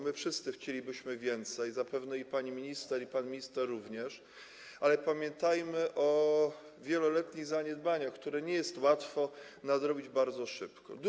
My wszyscy chcielibyśmy więcej, zapewne pani minister i pan minister również, ale pamiętajmy o wieloletnich zaniedbaniach, które nie jest łatwo bardzo szybko nadrobić.